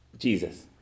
Jesus